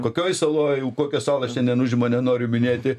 kokioj saloj kokią salą šiandien užima nenoriu minėti